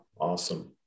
Awesome